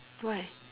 where